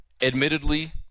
admittedly